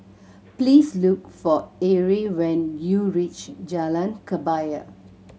please look for Erie when you reach Jalan Kebaya